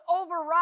override